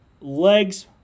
Legs